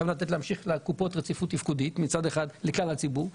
חייבים להמשיך לתת לקופות רציפות תפקודית לכלל הציבור,